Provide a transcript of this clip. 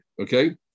okay